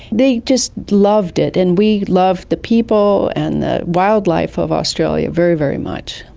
they just loved it, and we loved the people and the wildlife of australia very, very much.